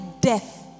death